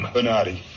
Bernardi